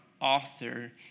author